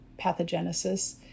pathogenesis